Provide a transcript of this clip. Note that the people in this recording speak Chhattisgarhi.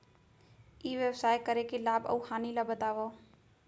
ई व्यवसाय करे के लाभ अऊ हानि ला बतावव?